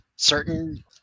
certain